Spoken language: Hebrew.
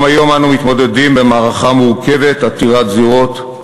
גם היום אנו מתמודדים במערכה מורכבת, עתירת זירות,